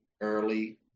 early